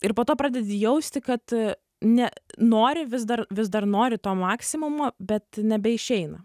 ir po to pradedi jausti kad ne nori vis dar vis dar nori to maksimumo bet nebeišeina